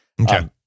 Okay